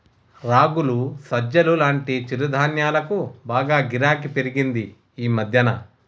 రాగులు, సజ్జలు లాంటి చిరుధాన్యాలకు బాగా గిరాకీ పెరిగింది ఈ మధ్యన